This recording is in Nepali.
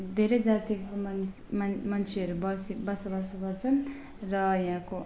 धेरै जातिको मान मान मान्छेहरू बसी बसोबासो गर्छन् र यहाँको